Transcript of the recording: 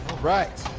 right,